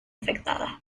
afectada